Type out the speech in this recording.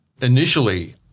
Initially